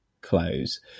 clothes